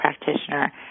practitioner